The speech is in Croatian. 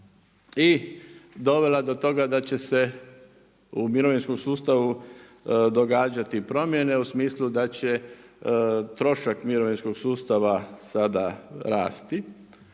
i dovela do toga da će se u mirovinskom sustavu događati promjene u smislu da će trošak mirovinskog sustava sada rasti.